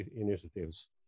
initiatives